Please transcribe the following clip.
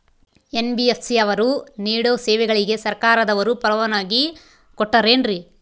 NBFC ಅವರು ನೇಡೋ ಸೇವೆಗಳಿಗೆ ಸರ್ಕಾರದವರು ಪರವಾನಗಿ ಕೊಟ್ಟಾರೇನ್ರಿ?